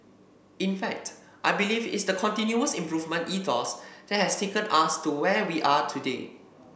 in fact I believe it's the continuous improvement ethos that has taken us to where we are today